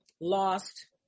lost